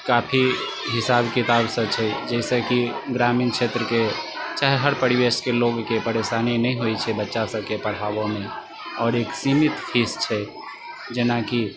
काफी हिसाब किताब सऽ छै जाहिसऽ कि ग्रामीण क्षेत्र के चाहे हर परिवेश के लोगके परेशानी नहि होइ छै बच्चा सबके पढ़ाबऽ मे आओर एक सीमित फीस छै जेनाकि